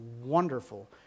wonderful